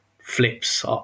flips